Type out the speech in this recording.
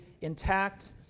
intact